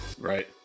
Right